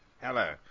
Hello